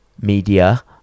Media